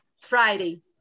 Friday